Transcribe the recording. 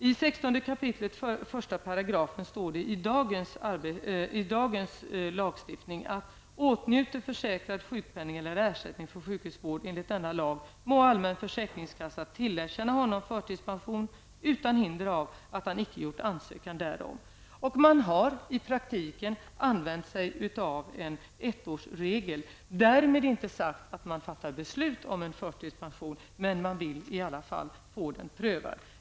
I 16 kap. 1 § står det i dagens lagstiftning att: Åtnjuter försäkrad sjukpenning eller ersättning för sjukhusvård enligt denna lag, må allmän försäkringskassa tillerkänna honom förtidspension utan hinder av att han icke gjort ansökan därom. Man har i praktiken använt sig av en ettårsregel. Därmed inte sagt att man fattar beslut om en förtidspension, men man vill i alla fall få den prövad.